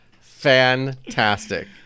Fantastic